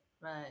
right